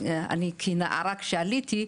כנערה כשעליתי,